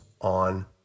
on